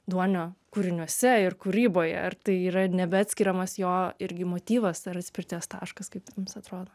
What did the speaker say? duonio kūriniuose ir kūryboje ar tai yra nebeatskiriamas jo irgi motyvas ar atspirties taškas kaip jums atrodo